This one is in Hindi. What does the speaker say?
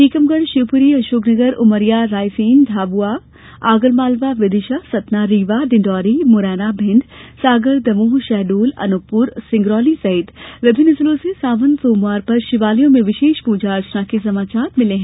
टीकमगढ़ शिवपुरी गुना अशोकनगर उमरिया रायसेन झाबुआ धार आगरमालवा विदिशा सतना रीवा डिंडोरी भिंड मुरैना ग्वालियर सागर दमोह शहडोल अनूपपुर और सिंगरौली सहित विभिन्न जिलों से सावन सोमवार पर शिवालयों में विशेष पूजा अर्चना के समाचार मिले हैं